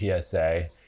psa